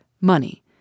Money